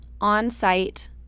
on-site